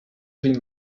been